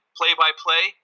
play-by-play